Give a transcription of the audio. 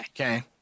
okay